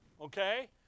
okay